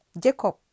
Jacob